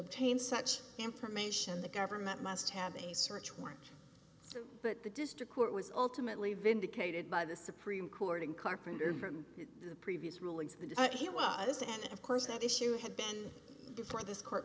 obtain such information the government must have a search warrant but the district court was ultimately vindicated by the supreme court and carpenter from the previous rulings that he was and of course that issue had been before this court